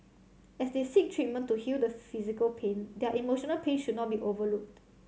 as they seek treatment to heal the physical pain their emotional pain should not be overlooked